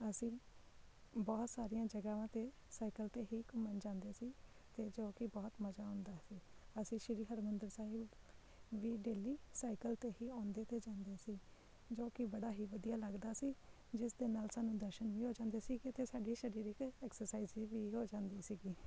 ਅਸੀਂ ਬਹੁਤ ਸਾਰੀਆਂ ਜਗ੍ਹਾਵਾਂ 'ਤੇ ਸਾਈਕਲ 'ਤੇ ਹੀ ਘੁੰਮਣ ਜਾਂਦੇ ਸੀ ਅਤੇ ਜੋ ਕਿ ਬਹੁਤ ਮਜ਼ਾ ਆਉਂਦਾ ਸੀ ਅਸੀਂ ਸ਼੍ਰੀ ਹਰਿਮੰਦਰ ਸਾਹਿਬ ਵੀ ਡੇਲੀ ਸਾਈਕਲ 'ਤੇ ਹੀ ਆਉਂਦੇ ਅਤੇ ਜਾਂਦੇ ਸੀ ਜੋ ਕਿ ਬੜਾ ਹੀ ਵਧੀਆ ਲੱਗਦਾ ਸੀ ਜਿਸ ਦੇ ਨਾਲ ਸਾਨੂੰ ਦਰਸ਼ਨ ਵੀ ਹੋ ਜਾਂਦੇ ਸੀ ਕਿਤੇ ਸਾਡੀ ਸਰੀਰਿਕ ਐਕਸਰਸਾਈਜ਼ ਵੀ ਹੋ ਜਾਂਦੀ ਸੀਗੀ